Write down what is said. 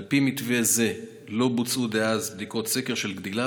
על פי מתווה זה לא בוצעו אז בדיקות סקר של גדילה